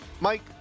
Mike